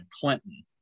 Clinton